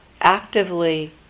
actively